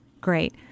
Great